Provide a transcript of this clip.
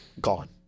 Gone